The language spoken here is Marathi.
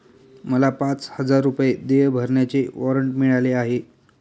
मला पाच हजार रुपये देय भरण्याचे वॉरंट मिळाले आहे